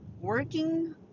working